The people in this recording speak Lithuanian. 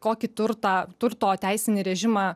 kokį turtą turto teisinį režimą